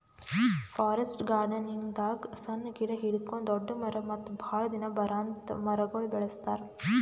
forest ಗಾರ್ಡನಿಂಗ್ದಾಗ್ ಸಣ್ಣ್ ಗಿಡ ಹಿಡ್ಕೊಂಡ್ ದೊಡ್ಡ್ ಮರ ಮತ್ತ್ ಭಾಳ್ ದಿನ ಬರಾಂತ್ ಮರಗೊಳ್ ಬೆಳಸ್ತಾರ್